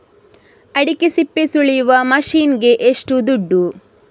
ಅಡಿಕೆ ಸಿಪ್ಪೆ ಸುಲಿಯುವ ಮಷೀನ್ ಗೆ ಏಷ್ಟು ದುಡ್ಡು?